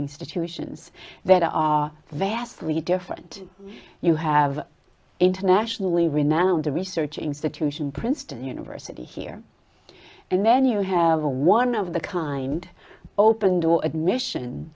institutions there are vastly different you have internationally renowned a research institution princeton university here and then you have a one of the kind open door admission